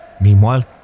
Meanwhile